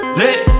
lit